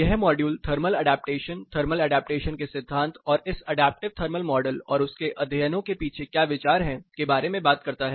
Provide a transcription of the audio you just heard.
यह module thermal adaptation thermal adaptation के सिद्धांत और इस अडैप्टिव थर्मल मॉडल और उसके अध्ययनों के पीछे क्या विचार है के बारे में बात करता है